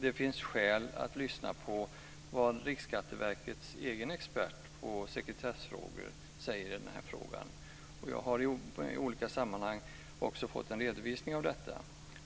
Det finns skäl att lyssna på vad Riksskatteverkets egen expert på sekretessfrågor säger i frågan. Jag har i olika sammanhang fått en redovisning av detta.